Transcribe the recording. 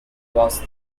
was